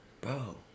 Bro